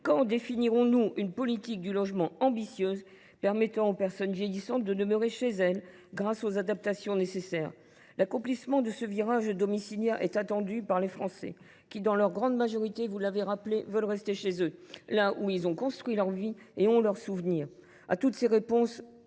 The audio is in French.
Quand définirons nous une politique du logement ambitieuse, permettant aux personnes vieillissantes de demeurer chez elles, grâce aux adaptations nécessaires ? L’accomplissement de ce virage domiciliaire est attendu par les Français, qui, dans leur grande majorité, veulent rester chez eux, là où ils ont construit leur vie et ont leurs souvenirs. À toutes ces questions,